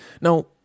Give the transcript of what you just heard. Now